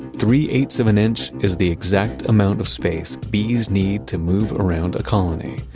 three-eighths of an inch is the exact amount of space bees need to move around a colony.